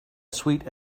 suite